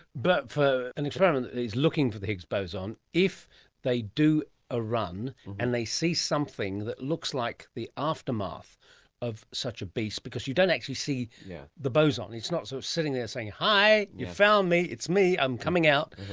but for an experiment that is looking for the higgs boson, if they do a run and they see something that looks like the aftermath of such a beast. because you don't actually see yeah the boson, it's not so sitting there saying hi, you've found me, it's me, i'm coming out',